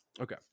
Okay